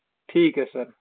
ਠੀਕ ਹੈ ਸਰ